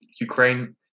Ukraine